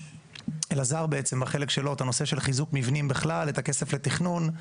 אלעזר, החלק שלו, נושא חיזוק המבנים והכסף לתכנון.